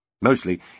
Mostly